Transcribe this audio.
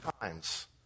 times